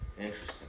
Interesting